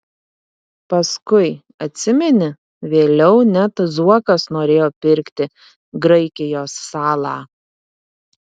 paskui atsimeni vėliau net zuokas norėjo pirkti graikijos salą